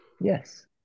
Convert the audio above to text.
yes